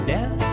Down